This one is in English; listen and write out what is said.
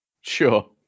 Sure